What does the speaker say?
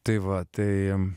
tai va tai jiems